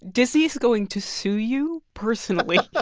disney is going to sue you personally